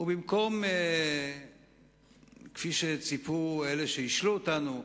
ובמקום, כפי שציפו אלה שהשלו אותנו,